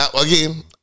Again